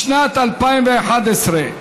בשנת 2011,